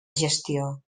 gestió